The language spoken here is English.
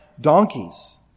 donkeys